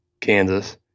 Kansas